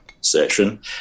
session